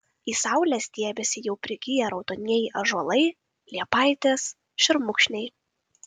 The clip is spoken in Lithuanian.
į saulę stiebiasi jau prigiję raudonieji ąžuolai liepaitės šermukšniai